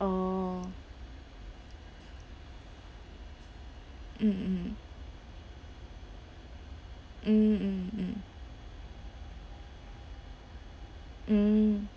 oh mm mm mm mm mm mm